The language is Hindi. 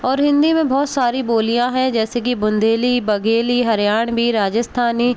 और हिंदी में बहुत सारी बोलियाँ हैं जैसे कि बुंदेली बघेली हरयाणवी राजस्थानी